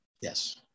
Yes